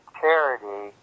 charity